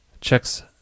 checks